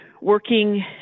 working